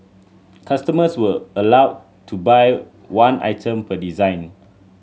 customers were allowed to buy one item per design